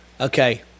Okay